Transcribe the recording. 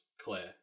Claire